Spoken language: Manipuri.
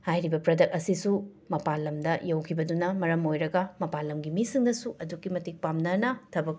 ꯍꯥꯏꯔꯤꯕ ꯄ꯭ꯔꯗꯛ ꯑꯁꯤꯁꯨ ꯃꯄꯥꯜ ꯂꯝꯗ ꯌꯧꯈꯤꯕꯗꯨꯅ ꯃꯔꯝ ꯑꯣꯏꯔꯒ ꯃꯄꯥꯜ ꯂꯝꯒꯤ ꯃꯤꯁꯤꯡꯅꯁꯨ ꯑꯗꯨꯛꯀꯤ ꯃꯇꯤꯛ ꯄꯥꯝꯅꯅ ꯊꯕꯛ